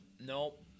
Nope